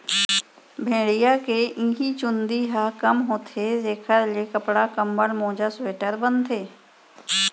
भेड़िया के इहीं चूंदी ह ऊन होथे जेखर ले कपड़ा, कंबल, मोजा, स्वेटर बनथे